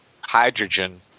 hydrogen